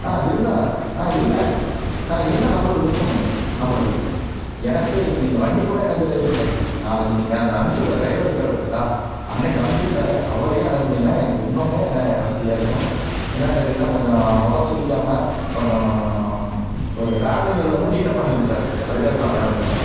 ஆ இருந்தால் ஆ இருந்தால் ஆ இருந்தால் நம்மளுது புக் பண்ணுங்கண்ணா நம்மளது எனக்கு இப்போ நீங்கள் வண்டி கூட எனக்கு இது இல்லைங்க நாளைக்கு நீங்கள் அதை அனுப்பிச்சி விட்ற டிரைவரு இருக்கார் பார்த்திங்களா அன்றைக்கு அனுப்பிச்சு விட்டாரு அவரையே அனுப்புனீங்கனால் எனக்கு இன்னமும் வசதியாக இருக்கும் என்னன்னு கேட்டிங்கனால் கொஞ்சம் முகம் சுளிக்காமல் கொஞ்சம் ஒரு டிராவலிங் இதை வந்து நீட்டாக பண்ணி கொடுத்தாருங்க அதுக்காகதான் வேறே ஒன்றும் இல்லை